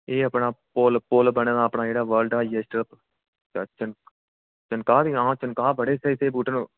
एह् अपना पुल पुल बने दा जेह्ड़ा अपना वर्ल्ड हाइएस्ट चनका आं चनका बड़े स्हेई स्हेई बूह्टे न